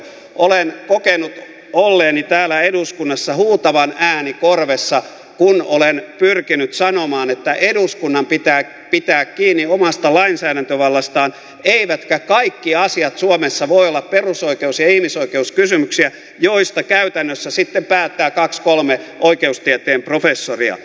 olen kokenut olleeni täällä eduskunnassa huutavan ääni korvessa kun olen pyrkinyt sanomaan että eduskunnan pitää pitää kiinni omasta lainsäädäntövallastaan eivätkä kaikki asiat suomessa voi olla perusoikeus ja ihmisoikeuskysymyksiä joista käytännössä sitten päättää kaksi kolme oikeustieteen professoria